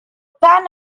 pan